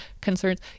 concerns